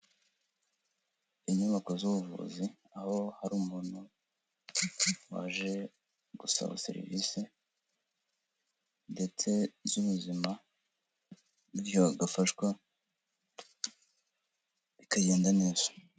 Inyubako z'ubuvuzi, aho hari umuntu waje gusaba serivisie ndetse z'ubuzima, bityo agafashwa, bikagenda neza.